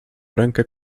rękę